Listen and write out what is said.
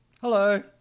hello